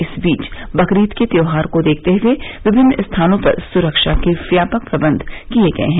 इस बीच बकरीद के त्योहार को देखते हुए विमिन्न स्थानों पर सुखा के व्यापक प्रबंध किए गये हैं